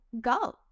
go